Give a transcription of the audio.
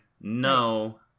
no